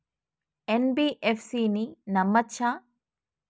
NBFC ని నమ్మచ్చా?